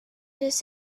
this